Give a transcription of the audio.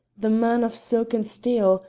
the man of silk and steel,